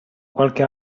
qualche